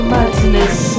Madness